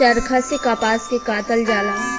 चरखा से कपास के कातल जाला